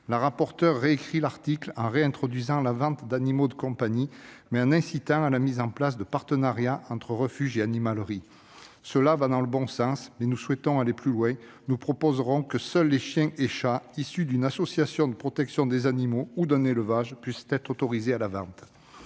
rapporteure a réécrit la disposition concernée en réintroduisant la vente d'animaux de compagnie, tout en incitant à la mise en place de partenariats entre refuges et animaleries. Cette réécriture va dans le bon sens, mais nous souhaitons aller plus loin. Nous proposerons que seuls les chiens et chats issus d'une association de protection des animaux ou d'un élevage puissent être autorisés à la vente.